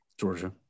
Georgia